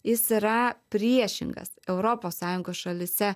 jis yra priešingas europos sąjungos šalyse